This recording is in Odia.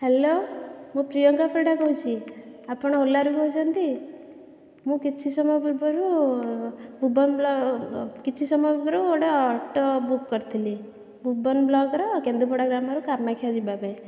ହ୍ୟାଲୋ ମୁଁ ପ୍ରିୟଙ୍କା ପରିଡା କହୁଛି ଆପଣ ଓଲାରୁ କହୁଛନ୍ତି ମୁଁ କିଛି ସମୟ ପୂର୍ବରୁ ଭୁବନ କିଛି ସମୟ ପୂର୍ବରୁ ଗୋଟିଏ ଅଟୋ ବୁକ୍ କରିଥିଲି ଭୁବନ ବ୍ଳକର କେନ୍ଦୁପଡା ଗ୍ରାମର କାମାକ୍ଷା ଯିବାପାଇଁ